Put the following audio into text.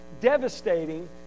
devastating